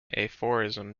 aphorism